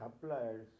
suppliers